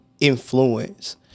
influence